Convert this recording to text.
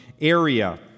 area